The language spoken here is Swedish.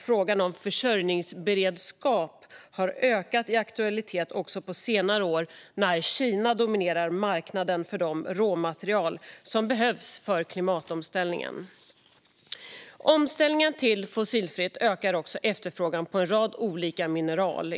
Frågan om försörjningsberedskap har ökat i aktualitet också på senare år när Kina dominerar marknaden för de råmaterial som behövs för klimatomställningen. Omställningen till fossilfritt ökar också efterfrågan på en rad olika mineral.